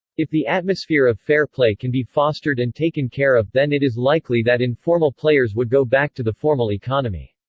if the atmosphere of fair play can be fostered and taken care of, then it is likely that informal players would go back to the formal economy.